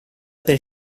per